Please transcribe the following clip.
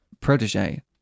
protege